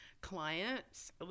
clients